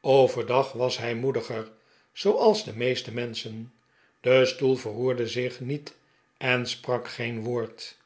overdag was hij moediger zooals de meeste menschen de stoel verroerde zich niet en sprak geen woord